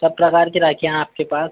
सब प्रकार की राखियाँ आपके पास